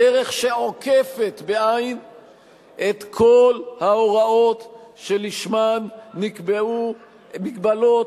בדרך שעוקפת את כל ההוראות שלשמן נקבעו מגבלות,